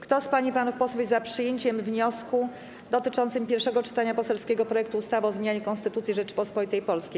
Kto z pań i panów posłów jest za przyjęciem wniosku dotyczącego pierwszego czytania poselskiego projektu ustawy o zmianie Konstytucji Rzeczypospolitej Polskiej.